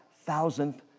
thousandth